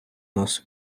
нас